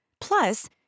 Plus